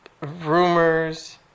rumors